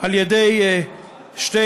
על-ידי שתי